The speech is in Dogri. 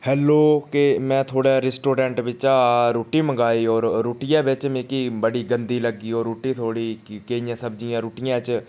हैलो केह् में थुआढ़े रेस्टोडेन्ट बिच्चा रुट्टी मंगाई होर रुट्टियै बिच्च मिगी बड़ी गंदी लग्गी ओह् रुट्टी थुआढ़ी केइयें सब्ज़ियें रुट्टियै च